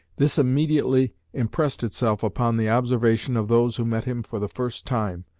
this immediately impressed itself upon the observation of those who met him for the first time,